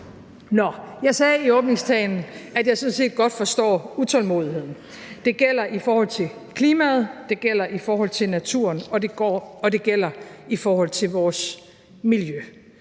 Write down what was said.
Nå, jeg sagde i åbningstalen, at jeg sådan set godt forstår utålmodigheden. Det gælder i forhold til klimaet, det gælder i forhold til naturen, og det gælder i forhold til vores miljø.